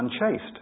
unchaste